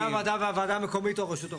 חברי הוועדה והוועדה המקומית או הרשות המקומית.